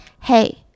hey